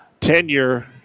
tenure